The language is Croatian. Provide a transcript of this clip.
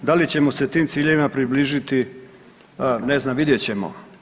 Da li ćemo se tim ciljevima približiti ne znam, vidjet ćemo.